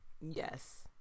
Yes